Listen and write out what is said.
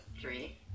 Three